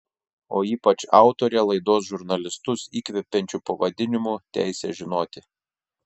o ypač autorė laidos žurnalistus įkvepiančiu pavadinimu teisė žinoti